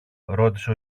ρώτησε